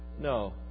No